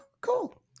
cool